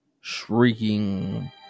shrieking